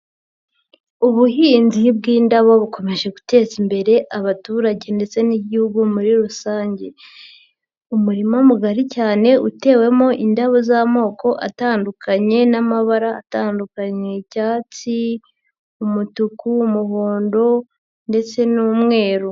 Ubuhinzi bw'indabo bukomeje guteza imbere abaturage ndetse n'Igihugu muri rusange. Umurima mugari cyane utewemo indabo z'amoko atandukanye n'amabara atandukanye icyatsi, umutuku, umuhondo ndetse n'umweru.